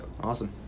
awesome